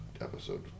episode